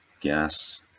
gas